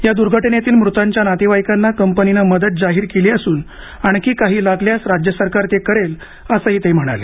या दुर्घटनेतील मृतांच्या नातेवाईकांना कंपनीनं मदत जाहीर केली असून आणखी काही लागल्यास राज्य सरकार ते करेल असं ते म्हणाले